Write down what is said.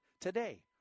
Today